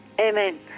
Amen